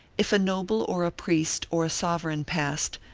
if a noble or a priest or a sovereign passed,